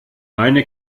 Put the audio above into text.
eine